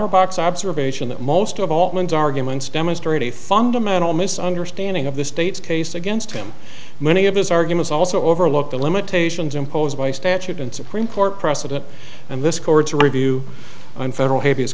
lotto box observation that most of all men's arguments demonstrate a fundamental misunderstanding of the state's case against him many of his arguments also overlook the limitations imposed by statute in supreme court precedent and this court's review on federal h